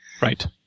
Right